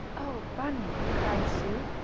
oh, bunny! cried sue.